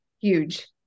Huge